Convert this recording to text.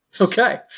Okay